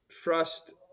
trust